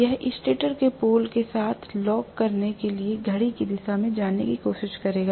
यह स्टेटर के पोल के साथ लॉक करने के लिए घड़ी की दिशा में जाने की कोशिश करेगा